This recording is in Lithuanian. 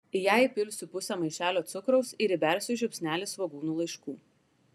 į ją įpilsiu pusę maišelio cukraus ir įbersiu žiupsnelį svogūnų laiškų